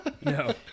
No